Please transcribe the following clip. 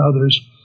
others